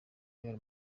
real